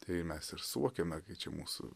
tai mes ir suokiame kai čia mūsų